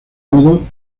modo